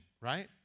right